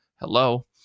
Hello